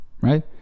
right